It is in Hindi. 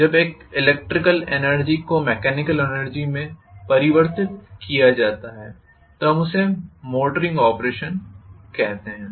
जब इलेक्ट्रिकल एनर्जी को मेकेनिकल एनर्जी में परिवर्तित किया जाता है तो हम उसे मोटरिंग ऑपरेशन कहते हैं